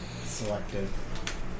selective